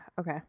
Okay